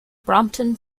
brompton